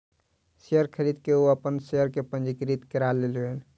share खरीद के ओ अपन शेयर के पंजीकृत करा लेलैन